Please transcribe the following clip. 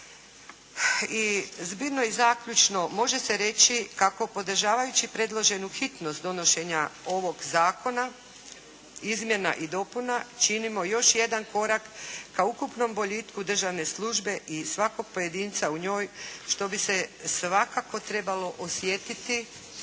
I zbirno i zaključno može se reći kako podržavajući predloženu hitnost donošenja ovoga Zakona izmjena i dopuna činimo još jedan korak ka ukupnom boljitku državne službe i svakog pojedinca u njoj, što bi se svakako trebalo osjetiti